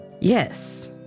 Yes